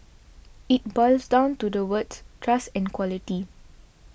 it boils down to the words trust and quality